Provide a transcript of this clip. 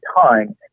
time